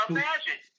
Imagine